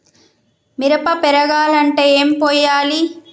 మిరప పెరగాలంటే ఏం పోయాలి?